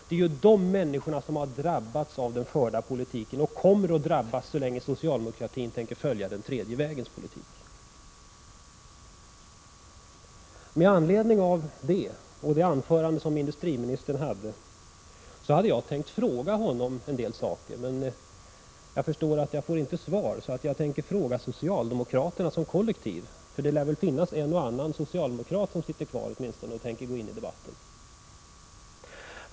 Det är alltså de människorna som har drabbats av den förda politiken och som kommer att drabbas så länge socialdemokratin tänker följa den tredje vägens politik. Med anledning av industriministerns anförande hade jag tänkt fråga honom en del saker. Men jag förstår att jag inte får svar av honom, så jag tänker fråga socialdemokraterna som kollektiv — för det är väl åtminstone en och annan socialdemokrat som sitter kvar i kammaren och tänker gå in i debatten.